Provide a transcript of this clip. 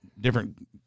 different